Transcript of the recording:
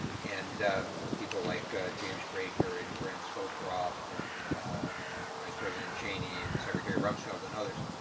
and people like james baker and brent scowcroft and vice president cheney and secretary rumsfeld and others.